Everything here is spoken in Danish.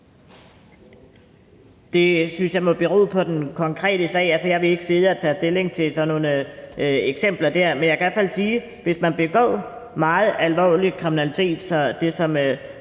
Det synes jeg må bero på den konkrete sag. Jeg vil ikke sidde og tage stilling til sådan nogle eksempler der. Men jeg kan i hvert fald sige, at hvis man begår meget alvorlig kriminalitet som